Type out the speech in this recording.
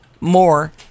more